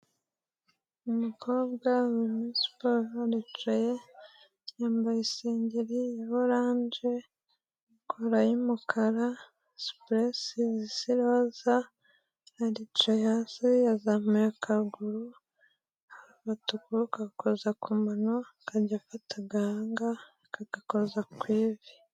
Umukobwa uri muri siporo aricaye, yambaye isengeri ya oranje, kola y'umukara, supurese zisa iroza, aricayace hasi, yegamuye akaguru, afata ukuboko akoza ku mano, akajya afata agahanga akagakoza ku ivi.